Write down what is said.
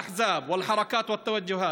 אחד מחבריי ברשימה המשותפת אמר שאנחנו נישאר אחריכם.